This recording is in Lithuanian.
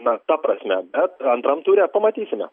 na ta prasme bet antram ture pamatysime